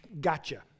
gotcha